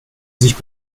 sich